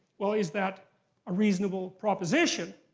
well, is that a reasonable proposition?